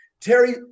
Terry